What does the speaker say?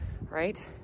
right